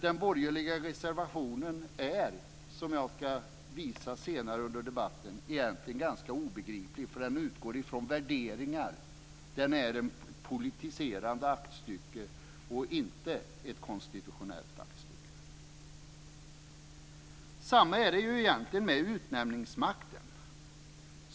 Den borgerliga reservationen är, vilket jag ska visa senare under debatten, egentligen ganska obegriplig. Den utgår från värderingar och är ett politiserande aktstycke och inte ett konstitutionellt aktstycke. Samma sak gäller egentligen utnämningsmakten.